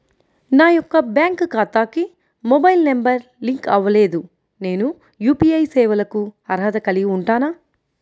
నా యొక్క బ్యాంక్ ఖాతాకి మొబైల్ నంబర్ లింక్ అవ్వలేదు నేను యూ.పీ.ఐ సేవలకు అర్హత కలిగి ఉంటానా?